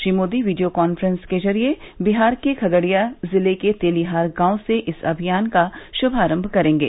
Shri Modi video conference के जरिए बिहार के खगड़िया जिले के तेलीहार गांव से इस अभियान का शुभारंभ करेंगे